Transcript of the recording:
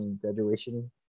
graduation